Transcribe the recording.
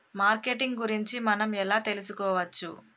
Marketing గురించి మనం ఎలా తెలుసుకోవచ్చు?